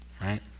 right